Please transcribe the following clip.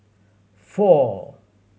four